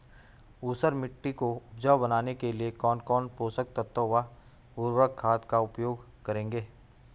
ऊसर मिट्टी को उपजाऊ बनाने के लिए कौन कौन पोषक तत्वों व उर्वरक खाद का उपयोग करेंगे?